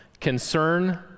concern